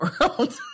world